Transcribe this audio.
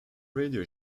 radio